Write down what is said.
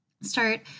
start